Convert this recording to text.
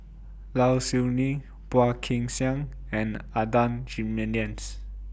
Low Siew Nghee Phua Kin Siang and Adan Jimenez